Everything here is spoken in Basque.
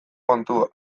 kontua